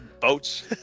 Boats